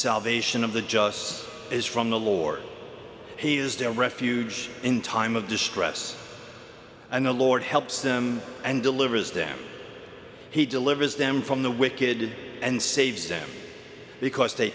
salvation of the justice is from the lord he is there refuge in time of distress and the lord helps them and delivers them he delivers them from the wicked and saves them because they